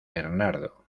bernardo